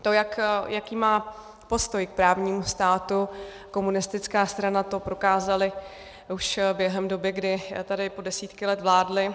To, jaký má postoj k právnímu státu komunistická strana, to prokázali už během doby, kdy tady po desítky let vládli.